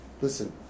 Listen